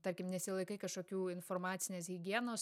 tarkim nesilaikai kažkokių informacinės higienos